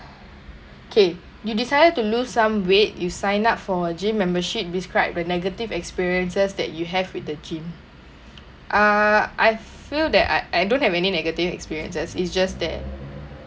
okay you decided to lose some weight you sign up for gym membership describe the negative experiences that you have with the gym uh I feel that I I don't have any negative experiences it's just that